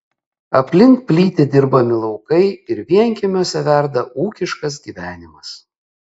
aplink plyti dirbami laukai ir vienkiemiuose verda ūkiškas gyvenimas